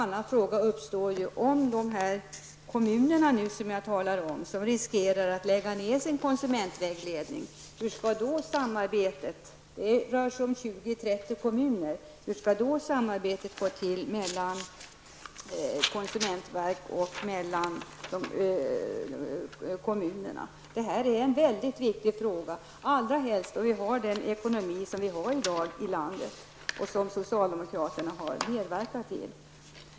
När det gäller kommunerna som riskerar att behöva lägga ned verksamheten med konsumentvägledningen -- det rör sig om 20--30 kommuner -- hur skall samarbetet då gå till mellan konsumentverket och kommunerna? Det är en viktig fråga, allra helst då vi har den ekonomi vi har i dag i landet och som socialdemokraterna har medverkat till.